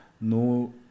no